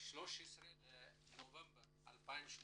ב-13 בנובמבר 2018